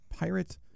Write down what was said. Pirate